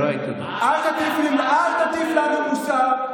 אל תטיף לנו מוסר,